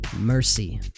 Mercy